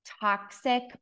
toxic